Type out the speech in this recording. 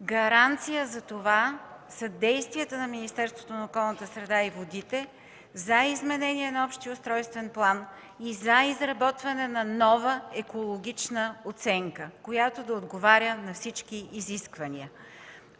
Гаранция за това са действията на Министерството на околната среда и водите за изменение на Общия устройствен план и за изработване на нова екологична оценка, която да отговаря на всички изисквания.